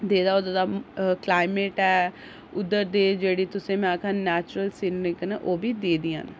नेहा नेहा ओह्दा क्लाइमेट ऐ उद्धर दे जेह्ड़े तुसें में आक्खां नैचुरल सिनरियां न ओह् बी एह् दियां न